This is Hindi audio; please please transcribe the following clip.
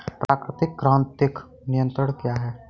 प्राकृतिक कृंतक नियंत्रण क्या है?